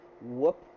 whoop